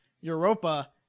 Europa